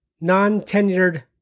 non-tenured